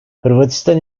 hırvatistan